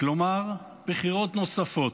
כלומר בחירות נוספות.